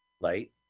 Light